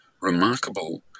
remarkable